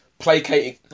Placating